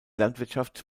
landwirtschaft